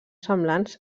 semblants